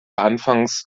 anfangs